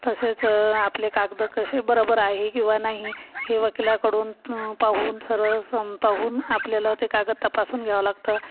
तसेच आपले कागद कसे बरोबर आहे किंवा नाही हे वकिलाकडून पाहून सरळ सं पाहून आपल्याला ते कागद तपासून घ्यावं लागतं